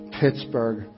Pittsburgh